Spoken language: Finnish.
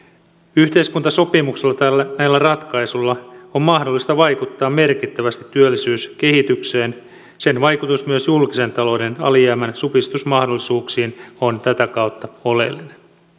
yhteiskuntasopimuksella näillä näillä ratkaisuilla on mahdollista vaikuttaa merkittävästi työllisyyskehitykseen sen vaikutus myös julkisen talouden alijäämän supistusmahdollisuuksiin on tätä kautta oleellinen